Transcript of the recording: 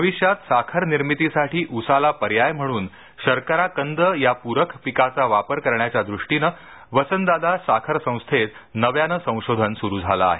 भविष्यात साखर निर्मितीसाठी ऊसाला पर्याय म्हणून शर्कराकंद या प्ररक पिकाचा वापर करण्याच्या दृष्टीनं वसंतदादा साखर संस्थेत नव्यानं संशोधन सुरु झालं आहे